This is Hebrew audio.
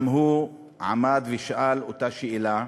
גם הוא עמד ושאל את אותה שאלה,